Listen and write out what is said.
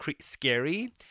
scary